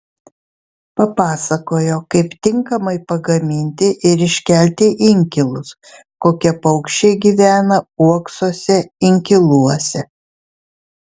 papasakojo kaip tinkamai pagaminti ir iškelti inkilus kokie paukščiai gyvena uoksuose inkiluose